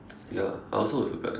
ya I also got circle that